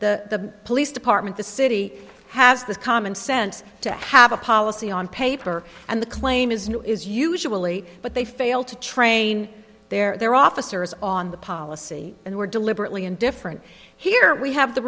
the police department the city has the common sense to have a policy on paper and the claim is new is usually but they fail to train their officers on the policy and we're deliberately indifferent here we have the